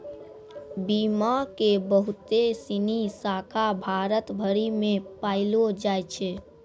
बीमा के बहुते सिनी शाखा भारत भरि मे पायलो जाय छै